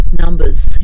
numbers